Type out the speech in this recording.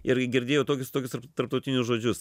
ir ji girdėjo tokius tokius tarptautinius žodžius